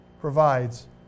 provides